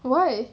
why